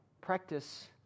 Practice